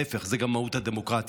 להפך, זו גם מהות הדמוקרטיה.